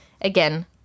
Again